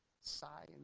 sigh